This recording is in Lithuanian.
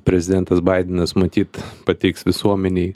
prezidentas baidenas matyt pateiks visuomenei